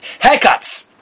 Haircuts